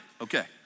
Okay